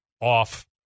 off